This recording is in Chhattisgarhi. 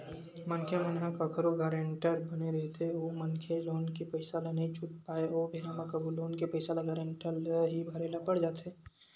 मनखे मन ह कखरो गारेंटर बने रहिथे ओ मनखे लोन के पइसा ल नइ छूट पाय ओ बेरा म कभू लोन के पइसा ल गारेंटर ल ही भरे ल पड़ जाथे